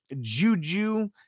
Juju